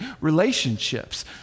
relationships